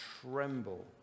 tremble